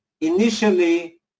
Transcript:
Initially